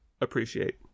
appreciate